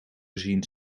gezien